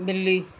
ਬਿੱਲੀ